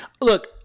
Look